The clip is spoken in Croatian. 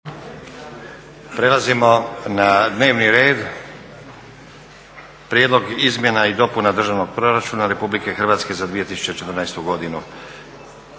Dajem na glasovanje Prijedlog izmjena i dopuna Državnog proračuna Republike Hrvatske za 2014. godinu.